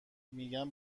میگم